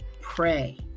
Pray